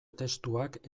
testuak